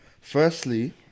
firstly